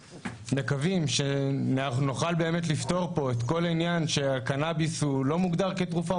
ונוכל באמת לפתור פה את כל העניין שהקנאביס לא מוגדר כתרופה,